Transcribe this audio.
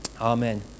Amen